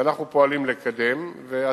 ואנחנו פועלים לקדם אותו,